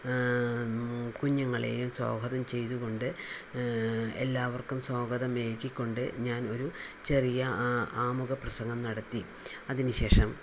കുഞ്ഞുങ്ങളേയും സ്വാഗതം ചെയ്ത് കൊണ്ട് എല്ലാവർക്കും സ്വാഗതം ഏകിക്കൊണ്ട് ഞാൻ ഒരു ചെറിയ ആ ആമുഖ പ്രസംഗം നടത്തി അതിന് ശേഷം